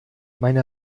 meine